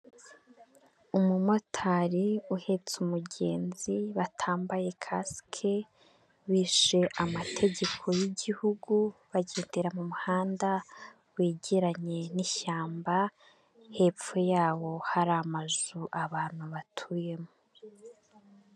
Umumotari uhetse umugenzi batambaye Kasike, bishe amategeko y'igihugu bagendera mu muhanda wegeranye n'ishyamba, hepfo yawo hari amazu abantu batuyemo.